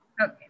Okay